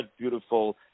beautiful